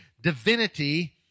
divinity